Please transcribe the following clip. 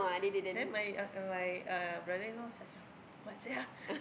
then my uh and my uh brother in law was like ya what's that ah